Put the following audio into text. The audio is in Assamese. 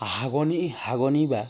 হাগনি হাগনি বা